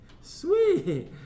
Sweet